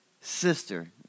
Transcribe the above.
sister